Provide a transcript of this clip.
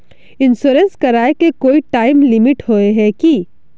Insurance कराए के कोई टाइम लिमिट होय है की?